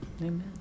Amen